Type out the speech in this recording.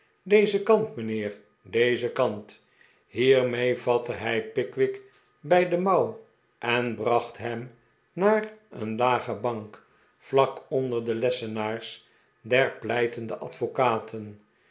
dezen kant mijnheer dezen kant hierrnee vatte hij pickwick bij de mouw en bracht hem naar een lage bank vlak onder de lessenaars der pleitende advocaten